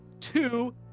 two